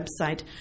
website